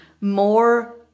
more